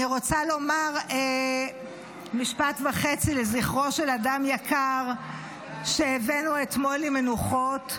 אני רוצה לומר משפט וחצי לזכרו של אדם יקר שהבאנו אתמול למנוחות.